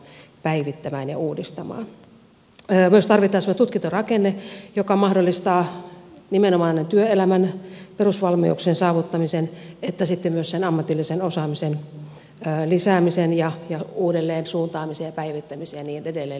tarvitaan myös semmoinen tutkintorakenne joka mahdollistaa nimenomaan työelämän perusvalmiuksien saavuttamisen sekä myös ammatillisen osaamisen lisäämisen ja uudelleen suuntaamisen ja päivittämisen ja niin edelleen